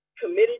committed